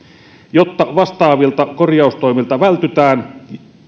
jotta vastaavilta kor jaustoimilta vältytään